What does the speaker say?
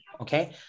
okay